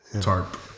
Tarp